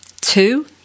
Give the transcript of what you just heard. Two